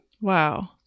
Wow